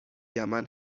یمن